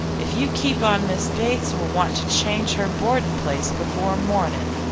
if you keep on miss bates will want to change her boarding place before morning.